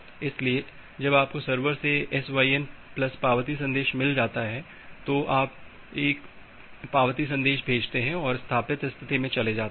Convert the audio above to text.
इसलिए जब आपको सर्वर से ये SYN प्लस पावती संदेश मिल जाता है तो आप एक पावती संदेश भेजते हैं और स्थापित स्थिति में चले जाते हैं